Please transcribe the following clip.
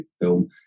film